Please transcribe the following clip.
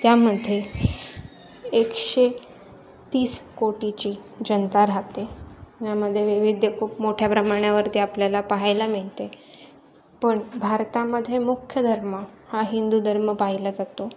त्यामध्ये एकशे तीस कोटीची जनता राहते यामध्ये विविध खूप मोठ्या प्रमाणावरती आपल्याला पाहायला मिळते पण भारतामध्ये मुख्य धर्म हा हिंदू धर्म पाहिला जातो